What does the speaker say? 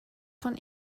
von